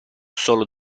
solo